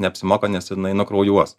neapsimoka nes jinai nukraujuos